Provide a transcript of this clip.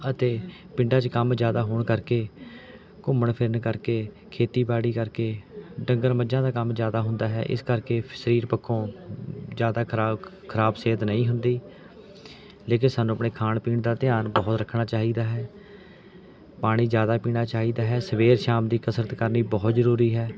ਅਤੇ ਪਿੰਡਾਂ 'ਚ ਕੰਮ ਜ਼ਿਆਦਾ ਹੋਣ ਕਰਕੇ ਘੁੰਮਣ ਫਿਰਨ ਕਰਕੇ ਖੇਤੀਬਾੜੀ ਕਰਕੇ ਡੰਗਰ ਮੱਝਾਂ ਦਾ ਕੰਮ ਜ਼ਿਆਦਾ ਹੁੰਦਾ ਹੈ ਇਸ ਕਰਕੇ ਸਰੀਰ ਪੱਖੋਂ ਜ਼ਿਆਦਾ ਖ਼ਰਾਬ ਖ਼ਰਾਬ ਸਿਹਤ ਨਹੀਂ ਹੁੰਦੀ ਲੇਕਿਨ ਸਾਨੂੰ ਆਪਣੇ ਖਾਣ ਪੀਣ ਦਾ ਧਿਆਨ ਬਹੁਤ ਰੱਖਣਾ ਚਾਹੀਦਾ ਹੈ ਪਾਣੀ ਜ਼ਿਆਦਾ ਪੀਣਾ ਚਾਹੀਦਾ ਹੈ ਸਵੇਰ ਸ਼ਾਮ ਦੀ ਕਸਰਤ ਕਰਨੀ ਬਹੁਤ ਜ਼ਰੂਰੀ ਹੈ